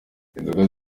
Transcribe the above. inzoga